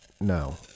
no